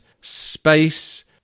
space